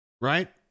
right